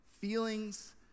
feelings